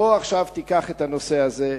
בוא עכשיו, תיקח את הנושא הזה.